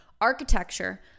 architecture